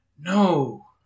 No